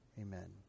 Amen